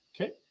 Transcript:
okay